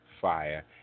fire